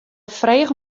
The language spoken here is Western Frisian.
frege